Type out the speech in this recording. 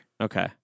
Okay